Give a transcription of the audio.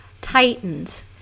Titans